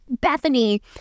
Bethany